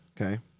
okay